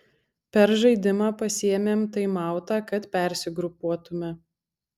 per žaidimą pasiėmėm taimautą kad persigrupuotume